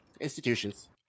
institutions